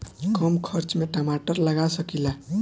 कम खर्च में टमाटर लगा सकीला?